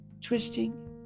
Twisting